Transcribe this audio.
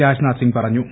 രാജ്നാഥ്സിംഗ് പറഞ്ഞു